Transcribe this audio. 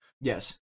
Yes